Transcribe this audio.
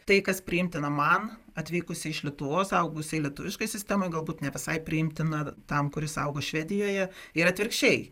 tai kas priimtina man atvykusiai iš lietuvos augusiai lietuviškoj sistemoj galbūt ne visai priimtina tam kuris augo švedijoje ir atvirkščiai